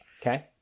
Okay